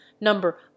number